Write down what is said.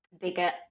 bigger